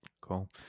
Cool